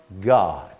God